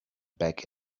back